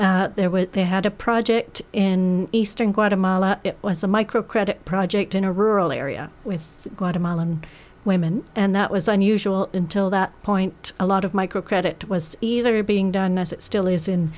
there were they had a project in eastern guatemala was a microcredit project in a rural area with guatemalan women and that was unusual until that point a lot of microcredit was either being done as it still is in